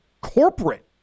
corporate